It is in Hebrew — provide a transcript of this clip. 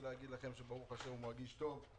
להגיד לכם שברוך ה' הוא מרגיש טוב.